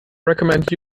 recommend